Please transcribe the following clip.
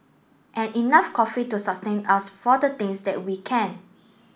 and enough coffee to sustain us for the things that we can